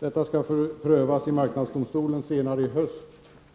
Detta fall skall prövas av marknadsdomstolen senare i höst.